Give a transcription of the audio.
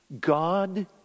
God